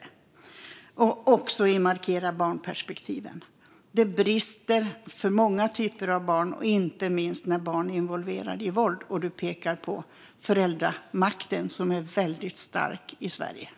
Det gäller också att markera barnperspektiven. Det brister i många fall för barn, och inte minst när barn är involverade i våld. Du pekar på föräldramakten som är väldigt stark i Sverige.